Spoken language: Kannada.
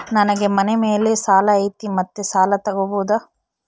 ನನಗೆ ಮನೆ ಮೇಲೆ ಸಾಲ ಐತಿ ಮತ್ತೆ ಸಾಲ ತಗಬೋದ?